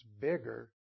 bigger